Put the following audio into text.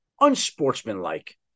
unsportsmanlike